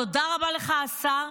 תודה רבה לך, השר,